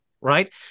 Right